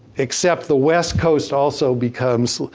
except the west coast also becomes